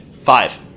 five